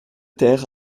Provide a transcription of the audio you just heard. ter